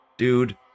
Dude